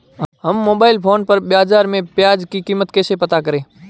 हम mobile phone पर बाज़ार में प्याज़ की कीमत कैसे पता करें?